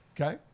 okay